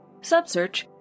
Subsearch